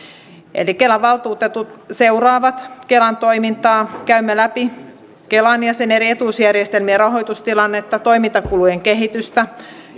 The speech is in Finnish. kelan valtuutetut seuraavat kelan toimintaa käymme läpi kelan ja sen eri etuusjärjestelmien rahoitustilannetta toimintakulujen kehitystä